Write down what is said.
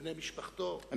ובני משפחתו,